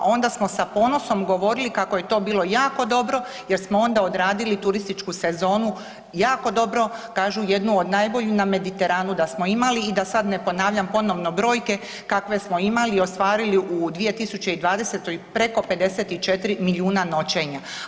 Onda smo sa ponosom govorili kako je to bilo jako dobro jer smo onda odradili turističku sezonu jako dobro, kažu jednu od najboljih na Mediteranu da smo imali i da sad ne ponavljam ponovo brojke kakve smo imali i ostvarili u 2020. preko 54 milijuna noćenja.